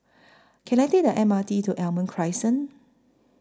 Can I Take The M R T to Almond Crescent